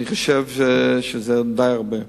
אני חושב שזה די הרבה.